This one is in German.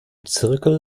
zirkel